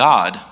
God